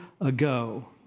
ago